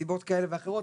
מסיבות כאלה ואחרות.